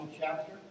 chapter